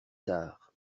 tard